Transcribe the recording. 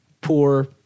poor